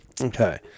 okay